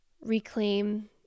reclaim